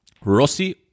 Rossi